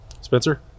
Spencer